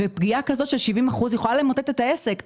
פגיעה כזאת של 70% יכולה למוטט את העסק.